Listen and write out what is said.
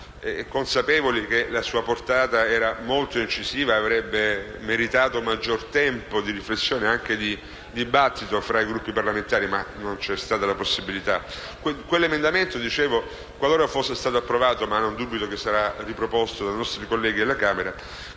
consapevoli che la sua portata era molto incisiva e avrebbe meritato un maggior tempo di riflessione e di dibattito tra i Gruppi parlamentari, ma non c'è stata la possibilità. Quell'emendamento, qualora fosse stato approvato (ma non dubito che sarà riproposto dai nostri colleghi alla Camera),